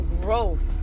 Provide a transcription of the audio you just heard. growth